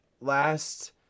last